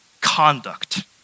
conduct